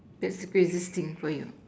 that's the craziest thing for you